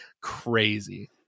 crazy